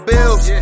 Bills